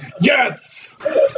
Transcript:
Yes